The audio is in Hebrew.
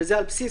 וזה על בסיס,